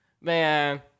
Man